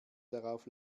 darauf